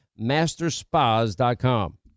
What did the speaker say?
masterspas.com